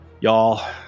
Y'all